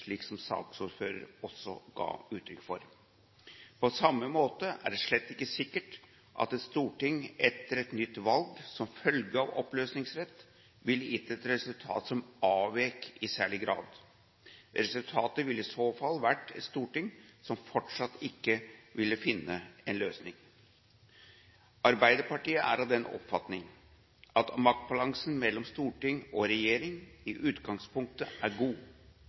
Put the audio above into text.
slik som saksordføreren også ga uttrykk for. På samme måte er det slett ikke sikkert at et storting etter et nytt valg som følge av oppløsningsrett ville gitt et resultat som avvek i særlig grad. Resultatet ville i så fall vært et storting som fortsatt ikke ville finne en løsning. Arbeiderpartiet er av den oppfatning at maktbalansen mellom storting og regjering i utgangspunktet er god.